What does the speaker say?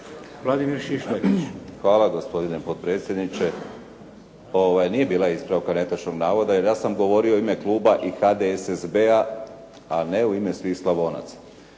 Vladimir (HDSSB)** Hvala gospodine potpredsjedniče. Nije bila ispravka netočnog navoda, jer ja sam govorio u ime kluba i HDSSB-a a ne u ime svih Slavonaca.